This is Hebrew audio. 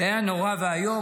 זה היה נורא ואיום,